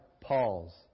Paul's